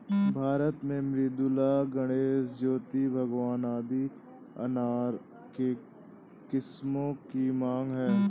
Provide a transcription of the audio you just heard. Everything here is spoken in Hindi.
भारत में मृदुला, गणेश, ज्योति, भगवा आदि अनार के किस्मों की मांग है